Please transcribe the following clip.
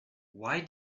why